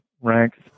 ranks